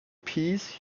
piece